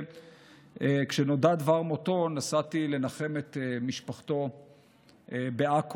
כשנודע דבר מותו נסעתי לנחם את משפחתו בעכו.